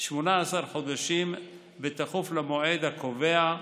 18 חודשים בתכוף למועד הקובע,